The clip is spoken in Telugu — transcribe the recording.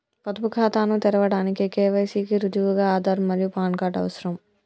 పొదుపు ఖాతాను తెరవడానికి కే.వై.సి కి రుజువుగా ఆధార్ మరియు పాన్ కార్డ్ అవసరం